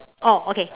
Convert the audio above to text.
oh okay